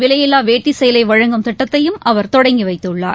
விலையில்லா வேட்டி சேலை வழங்கும் திட்டத்தையும் அவர் தொடங்கி வைத்துள்ளார்